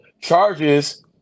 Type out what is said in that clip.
charges